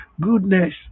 goodness